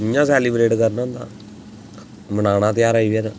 इ'यां सैलीब्रेट करना होंदा मनाना तेहारै गी फिर